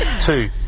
Two